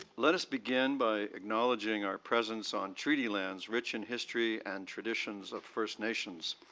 let us begin by acknowledging our presence on treaty lands rich in history and traditions of first nations.